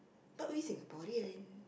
but we Singaporean